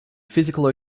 physical